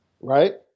Right